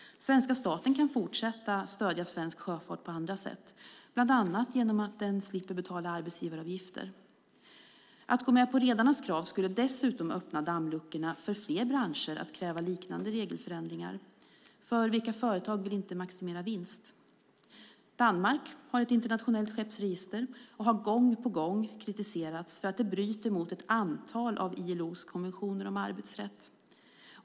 Svenska staten kan fortsätta att stödja svensk sjöfart på andra sätt, bland annat genom att den slipper betala arbetsgivaravgifter. Att gå med på redarnas krav skulle dessutom öppna dammluckorna för fler branscher att kräva liknande regelförändringar. Vilka företag vill inte maximera vinst? Danmark har ett internationellt skeppsregister och har gång på gång kritiserats för att det bryter mot ett antal av ILO:s konventioner om arbetsrätt.